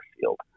field